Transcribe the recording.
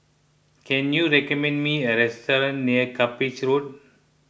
can you recommend me a restaurant near Cuppage Road